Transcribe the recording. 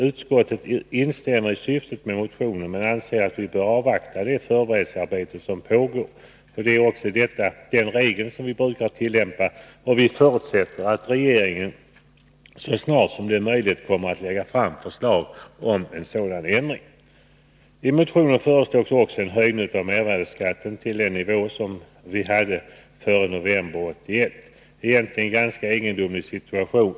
Utskottet instämmer i syftet med motionen men anser att vi bör avvakta det förberedelsearbete som pågår. Detta är ju den regel som vi brukar tillämpa, och vi förutsätter förslag från regeringen så snart detta är möjligt. I motionen föreslås också en höjning av mervärdeskatten till den nivå den hade före november 1981. Egentligen en ganska egendomlig situation.